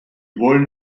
wollen